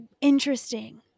interesting